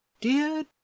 dear